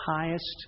highest